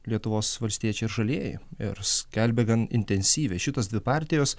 lietuvos valstiečiai ir žalieji ir skelbia gan intensyviai šitos dvi partijos